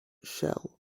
shell